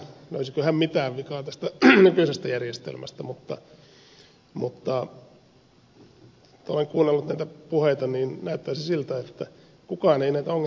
oinosesta en ollut aivan varma löysikö hän mitään vikaa tästä nykyisestä järjestelmästä kun olen kuunnellut näitä puheita niin näyttäisi siltä että kukaan ei näitä ongelmia kiistä